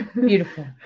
beautiful